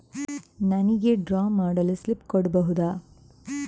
ನನಿಗೆ ಡ್ರಾ ಮಾಡಲು ಸ್ಲಿಪ್ ಕೊಡ್ಬಹುದಾ?